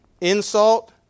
Insult